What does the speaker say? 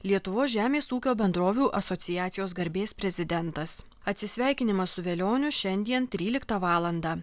lietuvos žemės ūkio bendrovių asociacijos garbės prezidentas atsisveikinimas su velioniu šiandien tryliktą valandą